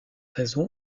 raison